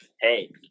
hey